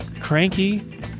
Cranky